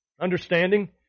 Understanding